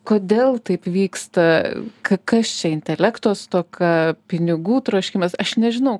kodėl taip vyksta kkas čia intelekto stoka pinigų troškimas aš nežinau